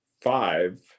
Five